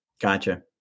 Gotcha